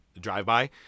drive-by